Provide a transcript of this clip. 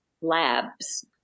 labs